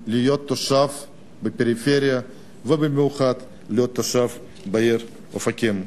זה לא כל כך פשוט להיות תושב הפריפריה ובמיוחד להיות תושב העיר אופקים.